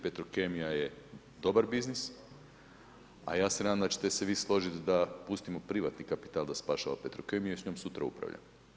Petrokemija je dobar biznis, a ja se nadam da ćete se vi složiti da pustimo privatni kapital da spašava Petrokemiju i s njom sutra upravlja.